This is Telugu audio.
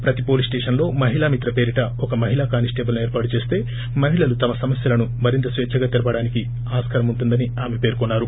ప్రతి పోలీస్ స్టేషన్లో మహిళా మిత్ర పేరిట ఒక మహిళా కానిస్టేబుల్ను ఏర్పాటు చేస్తే మహిళలు తమ సమస్యలను మరింత స్వేచ్చగా తెలపడానికి ఆస్కారం ఉంటుందని ఆమె పేర్కొన్నారు